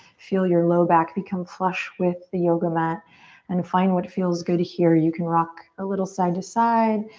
feel your low back become flush with the yoga mat and find what feels good here. you can rock a little side to side.